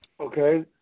Okay